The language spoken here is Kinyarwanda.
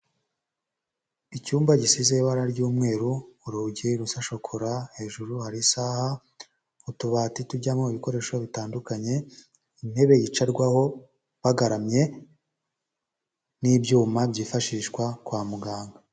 Icyumba gisize ibara ry'umweru, urugi rusa shokora hejuru hari isaha, utubati tujyamo ibikoresho bitandukanye, intebe yicarwaho bagaramye n'ibyuma byifashishwa kwa muganga.